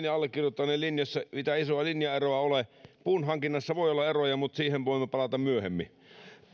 ja allekirjoittaneen linjassa mitään isoa linjaeroa ole puun hankinnassa voi olla eroja mutta siihen voimme palata myöhemmin